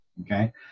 okay